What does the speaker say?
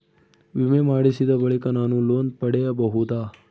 ವಿಮೆ ಮಾಡಿಸಿದ ಬಳಿಕ ನಾನು ಲೋನ್ ಪಡೆಯಬಹುದಾ?